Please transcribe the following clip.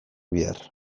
behar